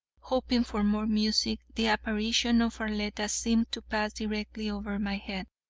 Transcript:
hoping for more music, the apparition of arletta seemed to pass directly over my head,